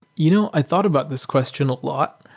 you know i thought about this question a lot.